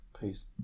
Peace